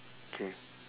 okay